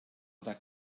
that